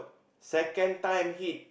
second time hit